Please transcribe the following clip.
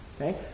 okay